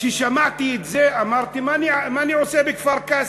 כששמעתי את זה אמרתי: מה אני עושה בכפר-קאסם?